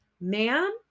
Ma'am